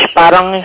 parang